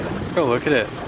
let's go look at it.